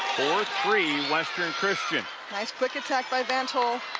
four three, western christian. nice quick attack by van't hul,